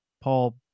Paul